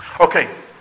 Okay